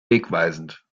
wegweisend